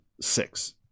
six